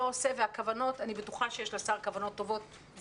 אני בטוחה שיש לשר כוונות טובות,